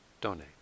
donate